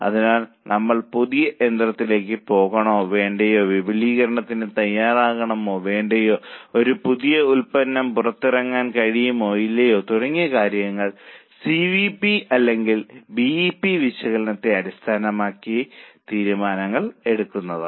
അതിനാൽ നമ്മൾ പുതിയ യന്ത്രത്തിലേക്ക് പോകണോ വേണ്ടയോ വിപുലീകരണത്തിന് തയ്യാറാകണമോ വേണ്ടയോ ഒരു പുതിയ ഉൽപ്പന്ന പുറത്തിറക്കാൻ കഴിയുമോ ഇല്ലയോ തുടങ്ങിയ കാര്യങ്ങളിൽ സി വി പി അല്ലെങ്കിൽ ബി ഇ പി വിശകലനത്തെ അടിസ്ഥാനമാക്കി തീരുമാനങ്ങൾ എടുക്കാവുന്നതാണ്